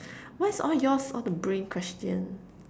why is all yours all the brain question